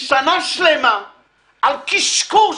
שנה שלמה על קשקוש,